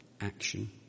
action